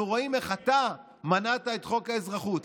אנחנו רואים איך אתה מנעת את חוק האזרחות.